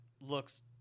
looks